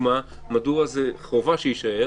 דוגמה מדוע חובה שזה יישאר,